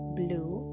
blue